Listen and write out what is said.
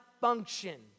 function